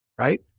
Right